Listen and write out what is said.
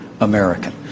American